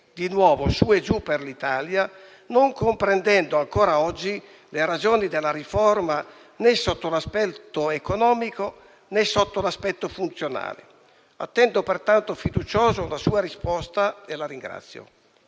soppressi su e giù per l'Italia, non comprendendo ancora oggi le ragioni della riforma né sotto l'aspetto economico, né sotto l'aspetto funzionale. Attendo pertanto fiducioso una sua risposta e la ringrazio.